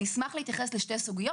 אשמח להתייחס לשתי סוגיות.